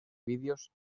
vídeos